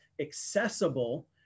accessible